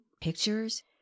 pictures